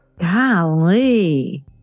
Golly